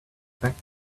back